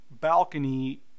balcony